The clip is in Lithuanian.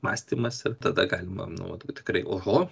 mąstymas ir tada galima nu vat jau tikrai oho